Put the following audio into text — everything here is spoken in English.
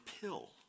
pill